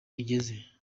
igeze